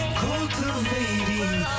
cultivating